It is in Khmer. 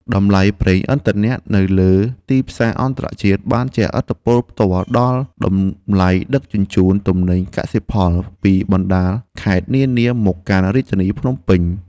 តម្លៃប្រេងឥន្ធនៈនៅលើទីផ្សារអន្តរជាតិបានជះឥទ្ធិពលផ្ទាល់ដល់តម្លៃដឹកជញ្ជូនទំនិញកសិផលពីបណ្តាខេត្តនានាមកកាន់រាជធានីភ្នំពេញ។